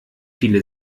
viele